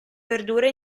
verdura